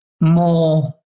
more